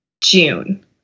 June